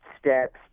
steps